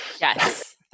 Yes